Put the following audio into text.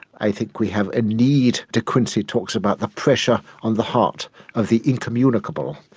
i think we have a need, de quincy talks about the pressure on the heart of the incommunicable,